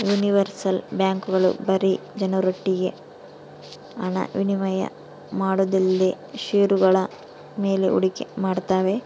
universal ಬ್ಯಾಂಕ್ಗಳು ಬರೀ ಜನರೊಟ್ಟಿಗೆ ಹಣ ವಿನಿಮಯ ಮಾಡೋದೊಂದೇಲ್ದೆ ಷೇರುಗಳ ಮೇಲೆ ಹೂಡಿಕೆ ಮಾಡ್ತಾವೆ